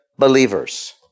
believers